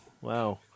wow